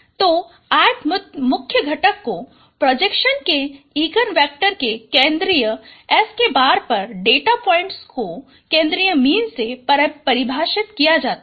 तो ith मुख्य घटक को प्रोजेक्शन के इगन वेक्टर के केन्द्रीय S̅ पर डेटा पॉइंट्स को केन्द्रीय मीन से परिभाषित किया जाता है